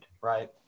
right